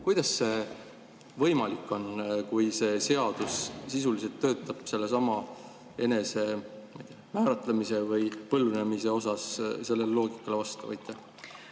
kuidas see võimalik on, kui see seadus sisuliselt töötab enesemääratlemise või põlvnemise osas sellele loogikale vastu? Aitäh